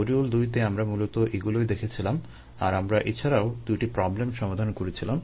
module দুইতে আমরা মূলত এগুলোই দেখেছিলাম আর আমরা এছাড়াও দুইটি প্রবলেম সমাধান করেছিলাম